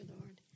Lord